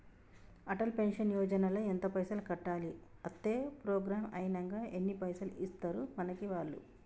Atal pension Yojana ల ఎంత పైసల్ కట్టాలి? అత్తే ప్రోగ్రాం ఐనాక ఎన్ని పైసల్ ఇస్తరు మనకి వాళ్లు?